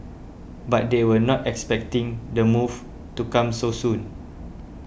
but they were not expecting the move to come so soon